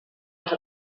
els